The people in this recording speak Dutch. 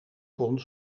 kon